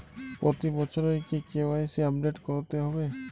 প্রতি বছরই কি কে.ওয়াই.সি আপডেট করতে হবে?